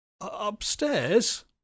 Upstairs